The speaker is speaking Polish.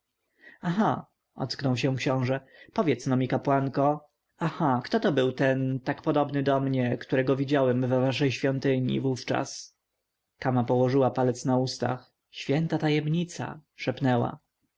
aha ocknął się książę powiedz-no mi kapłanko aha kto to był ten tak podobny do mnie którego widziałem w waszej świątyni wówczas kama położyła palec na ustach święta tajemnica szepnęła